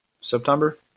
September